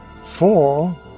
four